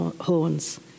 horns